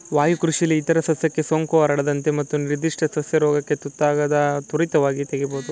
ವಾಯುಕೃಷಿಲಿ ಇತರ ಸಸ್ಯಕ್ಕೆ ಸೋಂಕು ಹರಡದಂತೆ ಮತ್ತು ನಿರ್ಧಿಷ್ಟ ಸಸ್ಯ ರೋಗಕ್ಕೆ ತುತ್ತಾದಾಗ ತ್ವರಿತವಾಗಿ ತೆಗಿಬೋದು